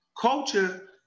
Culture